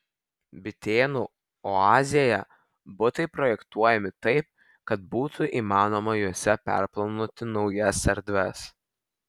bitėnų oazėje butai projektuojami taip kad būtų įmanoma juose perplanuoti naujas erdves